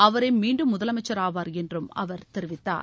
அவரே மீண்டும் முதலமைச்சராவார் என்றும் அவர் தெரிவத்தார்